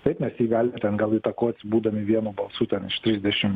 taip mes jį galime ten gal įtakos būdami vienu balsu ten iš trisdešimt